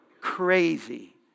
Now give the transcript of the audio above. crazy